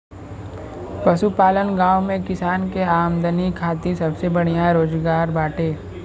पशुपालन गांव में किसान के आमदनी खातिर सबसे बढ़िया रोजगार बाटे